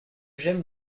j’aime